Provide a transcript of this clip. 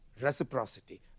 reciprocity